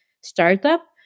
startup